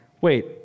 wait